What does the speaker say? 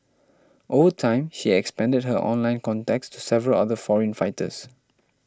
over time she expanded her online contacts to several other foreign fighters